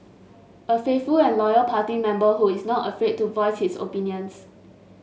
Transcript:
a faithful and loyal party member who is not afraid to voice his opinions